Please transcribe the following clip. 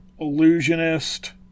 illusionist